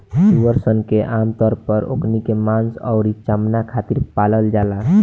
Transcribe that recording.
सूअर सन के आमतौर पर ओकनी के मांस अउरी चमणा खातिर पालल जाला